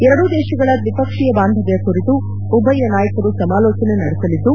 ಎರಡೂ ದೇಶಗಳ ದ್ವಿಪಕ್ಷೀಯ ಬಾಂಧವ್ಯ ಕುರಿತು ಉಭಯ ನಾಯಕರು ಸಮಾಲೋಚನೆ ನಡೆಸಲಿದ್ದು